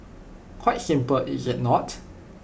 quite simple is IT not